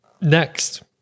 Next